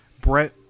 Brett